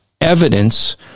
evidence